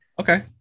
Okay